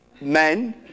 men